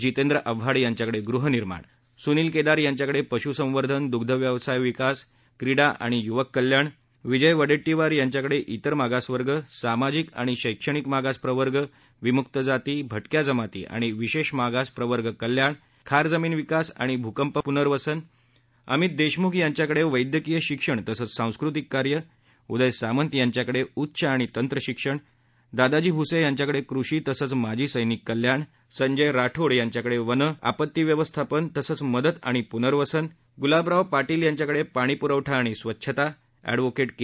जितेंद्र आव्हाड यांच्याकडे गृहनिर्माण सुनिल केदार यांच्याकडे पशुसंवर्धन दुग्ध व्यवसाय विकास क्रीडा आणि युवक कल्याण विजय वडेट्टीवार यांच्याकडे इतर मागासवर्ग सामाजिक आणि शक्तिणक मागास प्रवर्ग विमुक जाती भारिया जमाती आणि विशेष मागास प्रवर्ग कल्याण खार जमिनी विकास आणि भुकंप पुनर्वसन अमित देशमुख यांच्याकडे वद्यक्तीय शिक्षण तसंच सांस्कृतिक कार्य उदय सामंत यांच्याकडे उच्च आणि तंत्र शिक्षण दादाजी भूसे यांच्याकडे कृषि तसंच माजी समिक कल्याण संजय राठोड यांच्याकडे वनं आपत्ती व्यवस्थापन तसंच मदत आणि पुनर्वसन गुलाबराव पार्टील यांच्याकडे पाणी पुरवठा आणि स्वच्छता अँडव्होके के